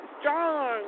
strong